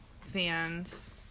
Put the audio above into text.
fans